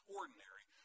ordinary